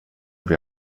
wir